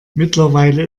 mittlerweile